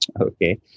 Okay